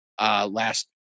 Last